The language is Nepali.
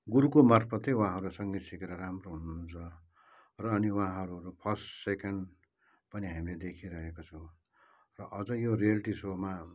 गुरुको मार्फतै वहाँहरूले सङ्गीत सिकेर राम्रो हुनुहुन्छ र अनि वहाँहरू फर्स्ट सेकेन्ड पनि हामीले देखिरहेको छु र अझ यो रियालिटी सोमा